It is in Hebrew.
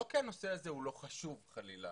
לא כי הנושא הזה הוא לא חשוב חלילה